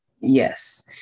Yes